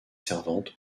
servante